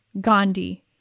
Gandhi